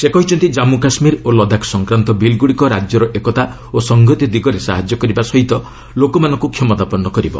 ସେ କହିଛନ୍ତି ଜାମ୍ମ କାଶ୍ୱୀର ଓ ଲଦାଖ ସଂକ୍ରାନ୍ତ ବିଲ୍ଗୁଡ଼ିକ ରାଜ୍ୟର ଏକତା ଓ ସଂହତି ଦିଗରେ ସାହାଯ୍ୟ କରିବା ସହ ଲୋକମାନଙ୍କୁ କ୍ଷମତାପନ୍ନ କରିବ